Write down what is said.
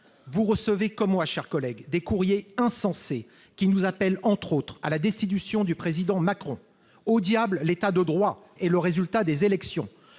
Vous recevez comme moi, chers collègues, des courriers insensés qui nous appellent, entre autres choses, à la destitution du Président Macron. Au diable l'État de droit et le résultat des élections